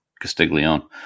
Castiglione